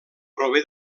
prové